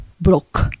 broke